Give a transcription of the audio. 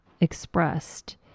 expressed